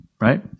right